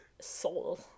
soul